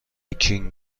کینگ